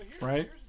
right